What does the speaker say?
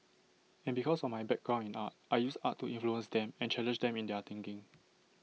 and because of my background in art I use art to influence them and challenge them in their thinking